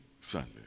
Sunday